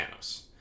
Thanos